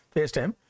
FaceTime